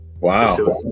Wow